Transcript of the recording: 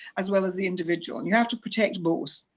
as well as the individual. and you have to protect both.